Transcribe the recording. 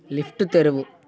lift తెరువు